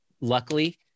Luckily